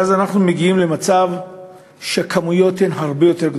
ואז אנחנו מגיעים למצב שהמספרים הרבה יותר גדולים.